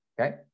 okay